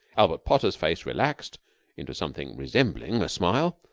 albert potter's face relaxed into something resembling a smile.